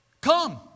Come